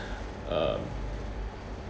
uh